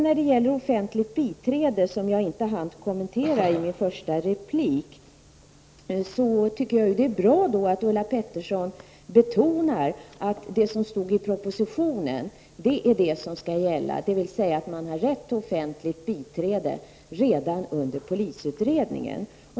När det gäller frågan om offentligt biträde, som jag inte hann kommentera i min första replik, tycker jag att det är bra att Ulla Pettersson betonar att det som stod i propositionen är det som skall gälla, dvs. att man har rätt till offentligt biträde redan under polisutredningen.